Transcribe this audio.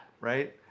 right